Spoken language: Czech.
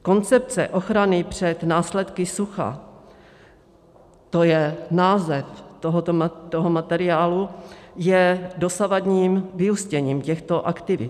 Koncepce ochrany před následky sucha to je název tohoto materiálu je dosavadním vyústěním těchto aktivit.